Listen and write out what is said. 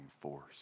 force